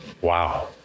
Wow